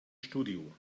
studio